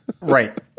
Right